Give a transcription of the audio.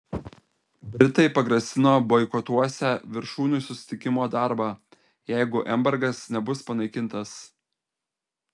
britai pagrasino boikotuosią viršūnių susitikimo darbą jeigu embargas nebus panaikintas